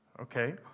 okay